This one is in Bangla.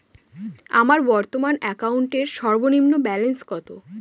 আমার বর্তমান অ্যাকাউন্টের সর্বনিম্ন ব্যালেন্স কত?